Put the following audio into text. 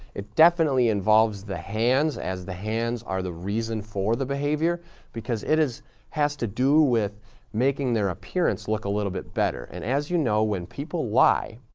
it definitely involves the hands as the hands are the reason for the behavior because it has to do with making their appearance look a little bit better. and as you know, when people lie,